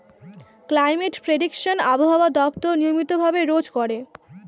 climate prediction আবহাওয়া দপ্তর নিয়মিত ভাবে রোজ করে